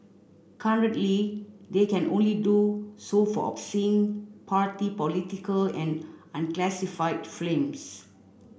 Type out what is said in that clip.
currently they can only do so for obscene party political and unclassified films